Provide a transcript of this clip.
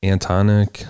Antonic